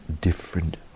different